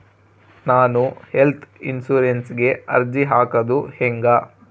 ನಾನು ಹೆಲ್ತ್ ಇನ್ಸುರೆನ್ಸಿಗೆ ಅರ್ಜಿ ಹಾಕದು ಹೆಂಗ?